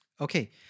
okay